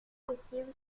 possible